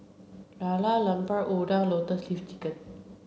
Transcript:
Lala Lemper Udang lotus leaf chicken